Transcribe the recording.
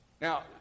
Now